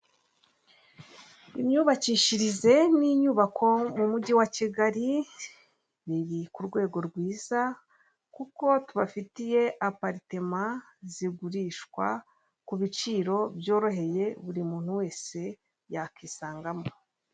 Isoko rifite ibicuruzwa bitandukanye by'imitako yakorewe mu Rwanda, harimo uduseke twinshi n'imitako yo mu ijosi, n'imitako yo kumanika mu nzu harimo n'ibibumbano bigiye bitandukanye n'udutebo.